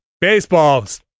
Baseball's